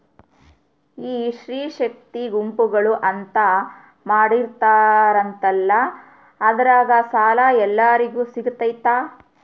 ಈ ಸ್ತ್ರೇ ಶಕ್ತಿ ಗುಂಪುಗಳು ಅಂತ ಮಾಡಿರ್ತಾರಂತಲ ಅದ್ರಾಗ ಸಾಲ ಎಲ್ಲರಿಗೂ ಸಿಗತೈತಾ?